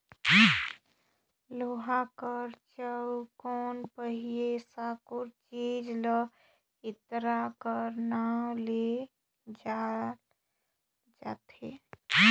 लोहा कर चउकोर पहे साकुर चीज ल इरता कर नाव ले जानल जाथे